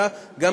היה גם,